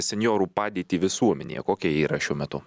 senjorų padėtį visuomenėje kokia ji yra šiuo metu